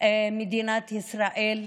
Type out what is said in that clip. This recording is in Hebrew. מדינת ישראל,